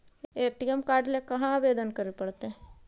ATM card ल कहा आवेदन करे पड़तै?